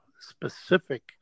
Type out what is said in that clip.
specific